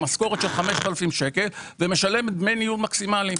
עם משכורת של 5,000 שקלים ומשלמת דמי ניהול מקסימליים.